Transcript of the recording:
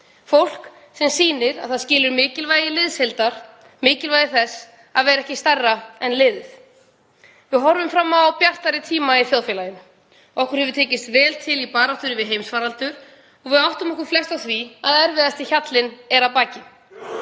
Fólk sem sýnir að það skilur mikilvægi liðsheildar, mikilvægi þess að vera ekki stærri en liðið. Við horfum fram á bjartari tíma í þjóðfélaginu. Okkur hefur tekist vel til í baráttu við heimsfaraldur og við áttum okkur flest á því að erfiðasti hjallinn er að baki.